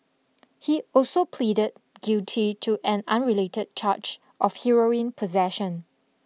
he also pleaded guilty to an unrelated charge of heroin possession